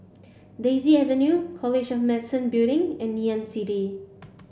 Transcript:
Daisy Avenue College of Medicine Building and Ngee Ann City